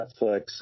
Netflix